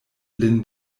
lin